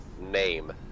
name